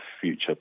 future